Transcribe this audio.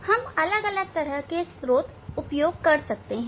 हम अलग अलग तरह के स्त्रोत उपयोग कर सकते हैं